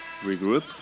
regroup